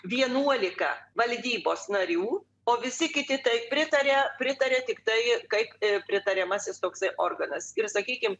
vienuolika valdybos narių o visi kiti taip pritarė pritarė tiktai kaip ir pritariamasis toksai organas ir sakykim